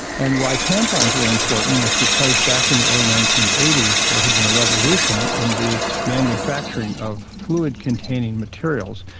and why tampons were important was because back in the early nineteen eighty s there had been a revolution in the manufacturing of fluid containing materials,